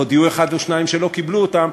ועוד יהיו אחד או שניים שלא קיבלו אותם,